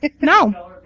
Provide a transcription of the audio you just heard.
No